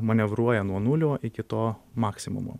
manevruoja nuo nulio iki to maksimumo